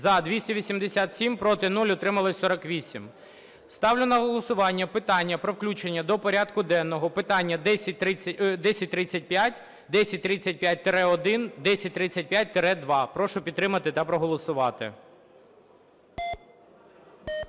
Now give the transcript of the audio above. За-287 Проти – 0, утрималось – 48. Ставлю на голосування питання про включення до порядку денного питання 1035, 1035-1, 1035-2. Прошу підтримати та проголосувати.